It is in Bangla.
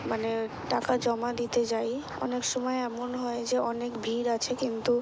মানে টাকা জমা দিতে যাই অনেক সময় এমন হয় যে অনেক ভিড় আছে কিন্তু